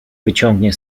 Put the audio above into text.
wyciągnie